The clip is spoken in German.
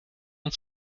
uns